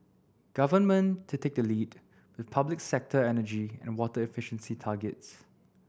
government to take the lead with public sector energy and water efficiency targets